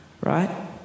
right